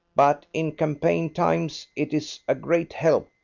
but in campaign times it is a great help,